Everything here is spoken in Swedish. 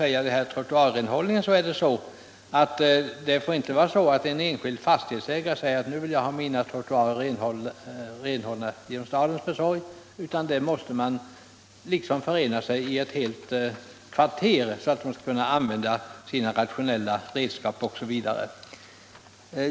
Beträffande trottoarrenhållningen är det också på det sättet att en enskild fastighetsägare inte kan kräva att trottoaren hålls ren genom stadens försorg, utan där måste man i ett helt kvarter vara enig om renhållningen, så att den kan ske med rationella redskap osv.